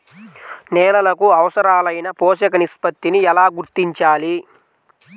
నేలలకు అవసరాలైన పోషక నిష్పత్తిని ఎలా గుర్తించాలి?